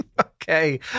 Okay